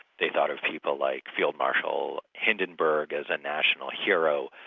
they thought of people like field marshal hindenberg as a national hero,